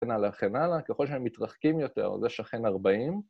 ‫וכן הלאה, וכן הלאה, ‫ככל שהם מתרחקים יותר, זה שכן 40.